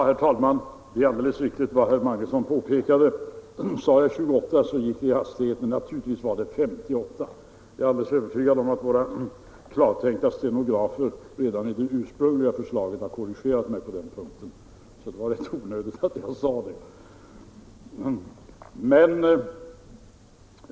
Herr talman! Det är alldeles riktigt som herr Magnusson i Borås påpekade. Jag sade i hastigheten 1928, men naturligtvis var det 1958. Jag är alldeles övertygad om att våra klartänkta stenografer i mitt tidigare anförande har korrigerat mig på den punkten.